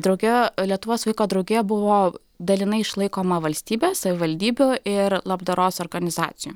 draugija lietuvos vaiko draugija buvo dalinai išlaikoma valstybės savivaldybių ir labdaros organizacijų